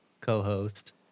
co-host